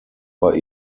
bei